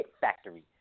factory